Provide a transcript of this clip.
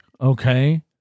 Okay